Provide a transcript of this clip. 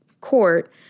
court